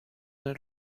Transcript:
nel